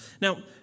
Now